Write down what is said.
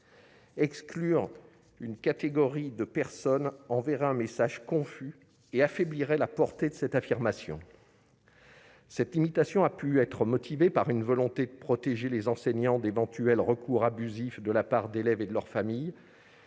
Exclure une catégorie de personnes enverrait un message confus et affaiblirait la portée de cette affirmation. Cette limitation a pu être motivée par une volonté de protéger les enseignants d'éventuels recours abusifs de la part d'élèves et de leurs familles.